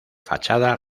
fachada